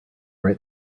write